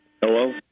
Hello